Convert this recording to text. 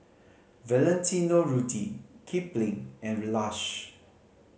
Valentino Rudy Kipling and